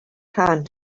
hand